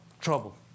trouble